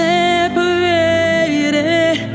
Separated